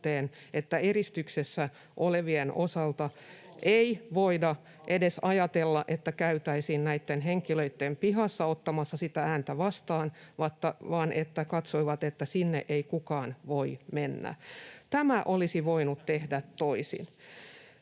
että eristyksessä olevien osalta ei voida edes ajatella, että käytäisiin näitten henkilöitten pihassa ottamassa se ääni vastaan — he katsoivat, että sinne ei kukaan voi mennä. Tämä olisi voitu tehdä toisin.